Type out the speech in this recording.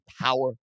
power